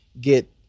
get